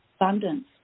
abundance